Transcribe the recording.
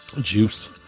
juice